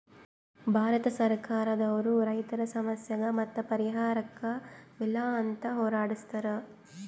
ಭಾರತ್ ಸರ್ಕಾರ್ ದವ್ರು ರೈತರ್ ಸಮಸ್ಯೆಗ್ ಮತ್ತ್ ಪರಿಹಾರಕ್ಕ್ ಬಿಲ್ ಅಂತ್ ಹೊರಡಸ್ತಾರ್